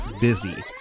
Busy